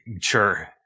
sure